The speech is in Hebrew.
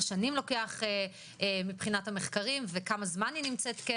שנים לוקח מבחינת המחקרים וכמה זמן היא נמצאת על